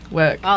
work